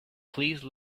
please